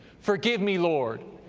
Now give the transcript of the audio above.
forgive me, lord,